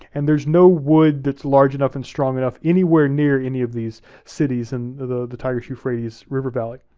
and there's no wood that's large enough and strong enough anywhere near any of these cities in the the tigris-euphrates river valley.